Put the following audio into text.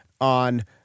on